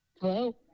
Hello